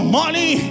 money